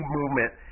movement